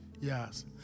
Yes